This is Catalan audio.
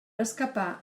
escapar